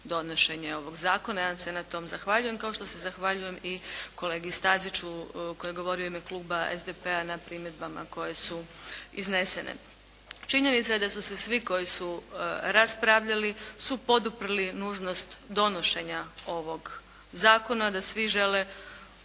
donošenje ovog zakona i ja vam se na tome zahvaljujem, kao što se zahvaljujem i kolegi Staziću koji je govorio u ime kluba SDP-a na primjedbama koje su iznesene. Činjenica je da su se svi koji su raspravljali su poduprli nužnost donošenja ovog zakona, da svi žele